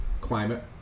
climate